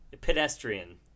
Pedestrian